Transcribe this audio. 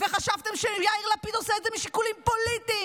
וחשבתם שיאיר לפיד עושה את זה משיקולים פוליטיים.